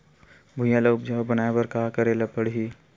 भुइयां ल उपजाऊ बनाये का करे ल पड़ही?